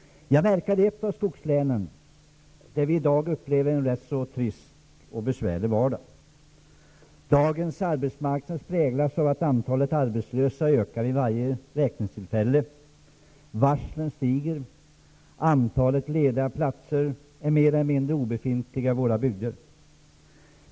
Jag verkar i ett av skogslänen, där vi i dag upplever en rätt så trist och besvärlig vardag. Dagens arbetsmarknad präglas av att antalet arbetslösa ökar vid varje räkningstillfälle. Varslen stiger. Lediga platser är mer eller mindre obefintliga i våra bygder.